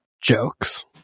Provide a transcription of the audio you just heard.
jokes